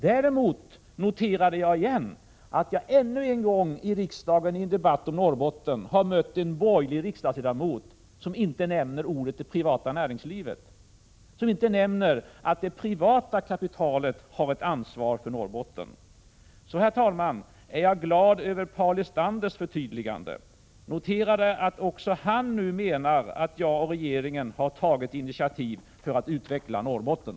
Däremot noterade jag igen att jag ännu en gång i riksdagen i en debatt om Norrbotten har mött en borgerlig riksdagsledamot, som inte nämner det privata näringslivet och att det privata kapitalet har en ansvar för Norrbotten. Herr talman! Jag är glad över Paul Lestanders förtydligande. Jag noterade att även han nu menar att jag och regeringen har tagit initiativ för att utveckla Norrbotten.